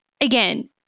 Again